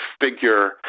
figure